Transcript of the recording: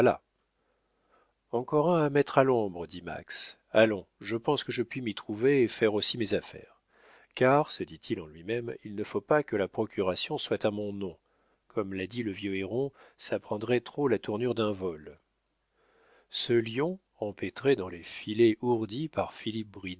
encore un à mettre à l'ombre dit max allons je pense que je puis m'y trouver et faire aussi mes affaires car se dit-il en lui-même il ne faut pas que la procuration soit à mon nom comme l'a dit le vieux héron ça prendrait trop la tournure d'un vol ce lion empêtré dans les filets ourdis par